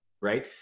right